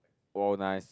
!wow! nice